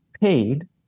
paid